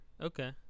Okay